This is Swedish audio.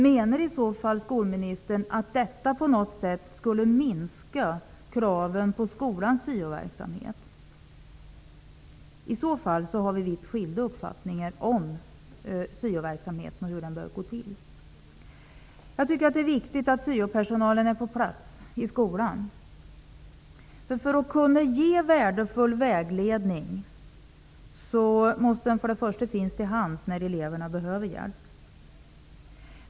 Menar skolministern i så fall att detta på något sätt skulle minska kraven på skolans syoverksamhet? I så fall har vi vitt skilda uppfattningar om syoverksamheten och om hur den bör gå till. Det är viktigt att syopersonalen finns på plats i skolan. För att kunna ge värdefull vägledning, måste man för det första finnas till hands när eleverna behöver hjälp.